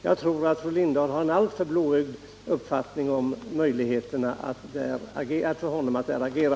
Jag tror att fru Lindahl har en alltför blåögd syn på hans möjligheter att verka.